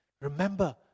remember